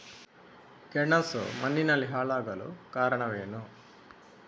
ಗೆಣಸು ಮಣ್ಣಿನಲ್ಲಿ ಹಾಳಾಗಲು ಕಾರಣವೇನು?